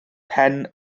pen